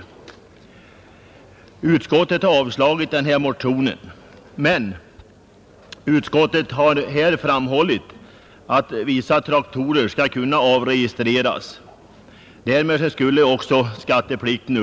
Skatteutskottet har avstyrkt vår motion, men samtidigt har utskottet framhållit att vissa traktorer kan avregistreras, och då upphör även skatteplikten.